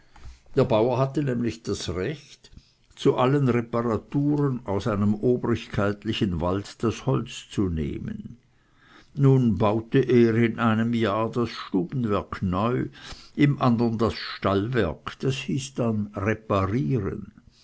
der bauer hatte nämlich das recht zu allen reparaturen aus dem obrigkeitlichen wald das holz zu nehmen nun baute er in einem jahre das stubenwerk neu im andern das stallwerk das hieß dann reparieren